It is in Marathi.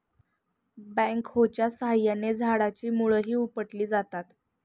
बॅकहोच्या साहाय्याने झाडाची मुळंही उपटली जातात